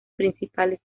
principales